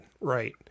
Right